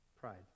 Pride